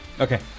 okay